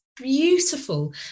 beautiful